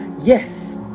Yes